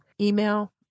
email